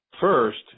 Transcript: first